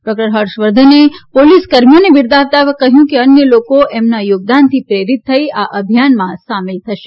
doctor Harsh વર્ધને પોલીસકર્મીઓને બિરદાવતા કહયું કે અન્ય લોકો એમના યોગદાનથી પ્રેરીત થઇ આ અભિયાનમાં સામેલ થશે